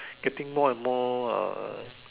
getting more and more uh